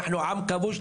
אנחנו עם כבוש,